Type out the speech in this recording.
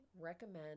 recommend